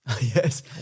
Yes